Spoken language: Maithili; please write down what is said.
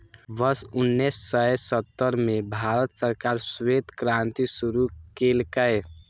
वर्ष उन्नेस सय सत्तर मे भारत सरकार श्वेत क्रांति शुरू केलकै